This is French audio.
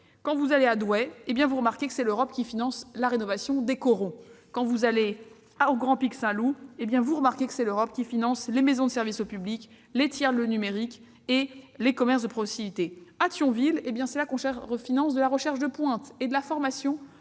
Quand vous allez à Douai, vous remarquez que c'est l'Europe qui finance la rénovation des corons. Quand vous allez au Grand Pic Saint-Loup, vous remarquez que c'est l'Europe qui finance les maisons de service public, l'aide au numérique et les commerces de proximité. À Thionville, c'est l'Europe qui finance de la recherche de pointe et de la formation